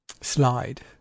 Slide